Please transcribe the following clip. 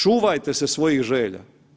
Čuvajte se svojih želja.